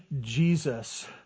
Jesus